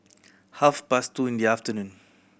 half past two in the afternoon